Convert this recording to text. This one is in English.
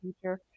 future